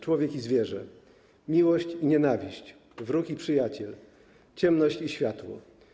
Człowiek i zwierzę/ Miłość i nienawiść/ Wróg i przyjaciel/ Ciemność i światło/